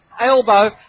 elbow